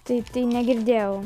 tai tai negirdėjau